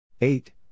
Eight